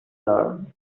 learned